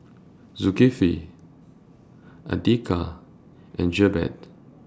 Zulkifli Andika and Jebat